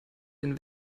den